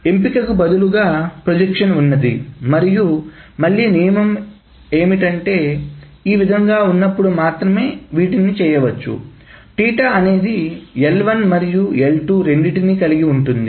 ఎంపికకు బదులుగా ప్రొజెక్షన్ ఉంది మరియు మళ్లీ నియమం అదే ఈ విధముగాఉన్నప్పుడు మాత్రమే వీటిని చేయవచ్చు అనేది L1 మరియు L2 రెండింటిని కలిగి ఉంటుంది